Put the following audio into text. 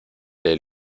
del